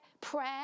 prayer